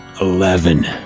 eleven